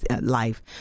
life